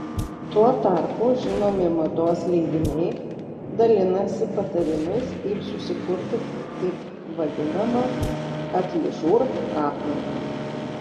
tuo tarpu žinomi mados leidiniai dalinasi patarimais kaip susikurti taip vadinamą atližur aprangą